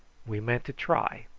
we meant to try.